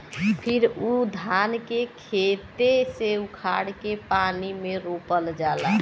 फिर उ धान के खेते से उखाड़ के पानी में रोपल जाला